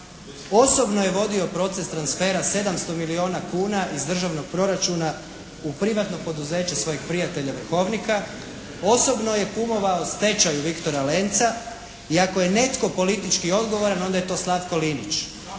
Osobno je vodio proces transfera 700 milijuna kuna iz državnog proračuna u privatno poduzeće svojih prijatelja Vrhovnika. Osobno je kumovao stečaju “Viktora Lenca“ i ako je netko politički odgovoran onda je to Slavko Linić